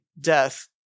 death